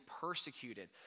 persecuted